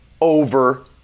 over